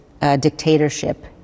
dictatorship